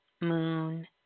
moon